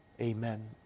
Amen